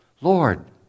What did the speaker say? Lord